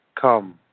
come